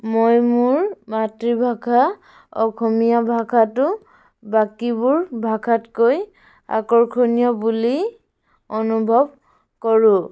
মই মোৰ মাতৃভাষা অসমীয়া ভাষাটো বাকীবোৰ ভাষাতকৈ আকৰ্ষণীয় বুলি অনুভৱ কৰোঁ